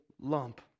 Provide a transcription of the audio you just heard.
lump